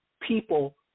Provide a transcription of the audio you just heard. people